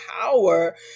power